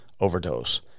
overdose